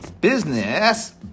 Business